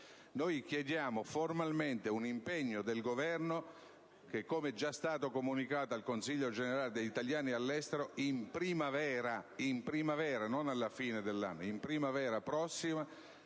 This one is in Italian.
Noi chiediamo formalmente un impegno del Governo affinché, come già è stato comunicato al Consiglio generale degli italiani all'estero, in primavera, e non alla fine dell'anno, si vada al